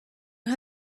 how